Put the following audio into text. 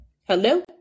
Hello